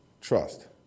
trust